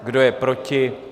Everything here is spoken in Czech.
Kdo je proti?